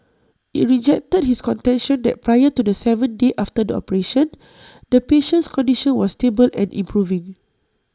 IT rejected his contention that prior to the seventh day after the operation the patient's condition was stable and improving